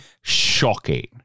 shocking